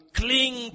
cling